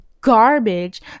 garbage